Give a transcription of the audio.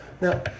Now